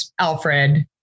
Alfred